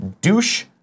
Douche